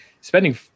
spending